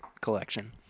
collection